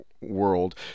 world